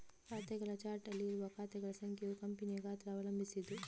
ಖಾತೆಗಳ ಚಾರ್ಟ್ ಅಲ್ಲಿ ಇರುವ ಖಾತೆಗಳ ಸಂಖ್ಯೆಯು ಕಂಪನಿಯ ಗಾತ್ರ ಅವಲಂಬಿಸಿದ್ದು